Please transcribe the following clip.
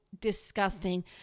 Disgusting